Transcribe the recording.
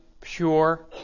pure